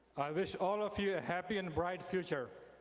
i wish all of you a happy and bright future.